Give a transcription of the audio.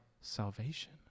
salvation